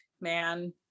man